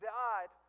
died